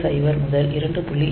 0 முதல் 2